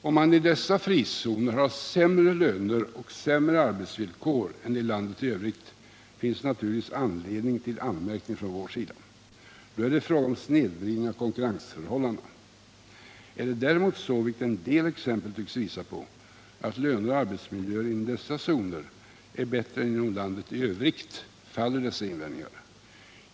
Om man i dessa frizoner har sämre löner och arbetsvillkor än i landet i övrigt finns naturligtvis anledning till anmärkning från vår sida. Då är det fråga om snedvridning av konkurrensförhållandena. Är det däremot så, vilket en del exempel tycks visa på, att löner och arbetsmiljöer inom dessa zoner är bättre än i landet i övrigt faller dessa invändningar.